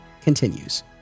continues